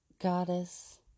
goddess